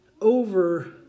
over